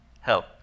help